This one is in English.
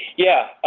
yeah.